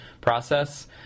process